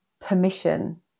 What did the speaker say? permission